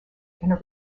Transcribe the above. and